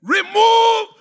Remove